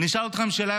אשאל אתכם שאלה,